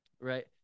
Right